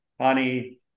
honey